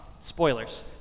Spoilers